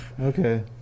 Okay